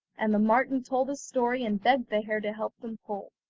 and the marten told his story and begged the hare to help them pull.